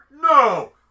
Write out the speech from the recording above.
no